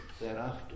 thereafter